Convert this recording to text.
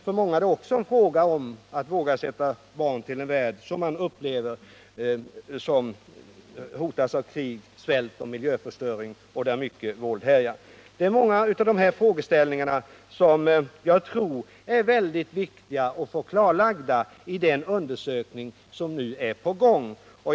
För många är det också en fråga om att våga sätta barn till en värld som man upplever hotas av krig, svält och miljöförstöring och där mycket våld härjar. Jag anser att det är väldigt viktigt att få många av dessa frågeställningar klarlagda i den undersökning som nu är på gång.